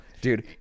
dude